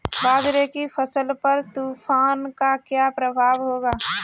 बाजरे की फसल पर तूफान का क्या प्रभाव होगा?